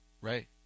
Right